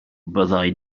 byddai